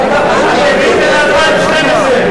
סעיף 02,